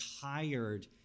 tired